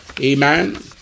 amen